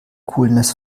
coolness